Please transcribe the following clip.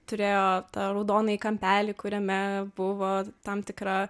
turėjo tą raudonąjį kampelį kuriame buvo tam tikra